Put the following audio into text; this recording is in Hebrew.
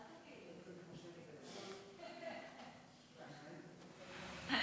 ההצעה להעביר את הנושא לוועדה לקידום מעמד האישה ולשוויון מגדרי נתקבלה.